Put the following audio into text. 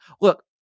look